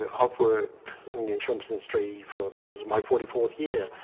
ah i've worked in the insurance industry for. this is my forty fourth year.